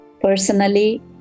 Personally